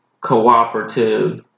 cooperative